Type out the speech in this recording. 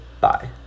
Bye